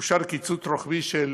אושר קיצוץ רוחבי של